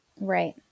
Right